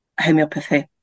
homeopathy